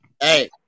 Hey